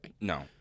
No